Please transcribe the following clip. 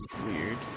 weird